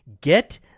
Get